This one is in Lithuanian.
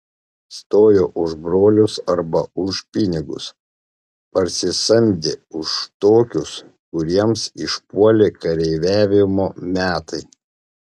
stojo už brolius arba už pinigus parsisamdę už tokius kuriems išpuolė kareiviavimo metai